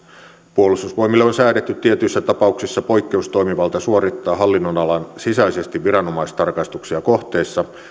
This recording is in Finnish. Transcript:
puolustusvoimille on säädetty tietyissä tapauksissa poikkeustoimivalta suorittaa hallinnonalan sisäisesti viranomaistarkastuksia kohteissa